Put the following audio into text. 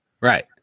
Right